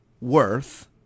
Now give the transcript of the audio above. worth